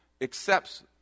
accepts